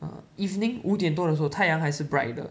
uh evening 五点多的时候太阳还是 bright 的